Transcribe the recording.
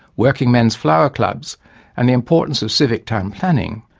working men's flower clubs and the importance of civic town planning,